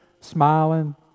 smiling